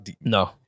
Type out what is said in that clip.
No